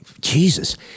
Jesus